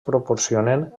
proporcionen